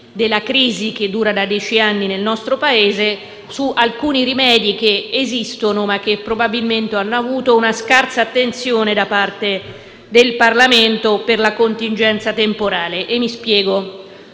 della crisi che dura da dieci anni nel nostro Paese, alcuni rimedi che esistono, ma che probabilmente hanno avuto una scarsa attenzione da parte del Parlamento per la contingenza temporale. Mi spiego.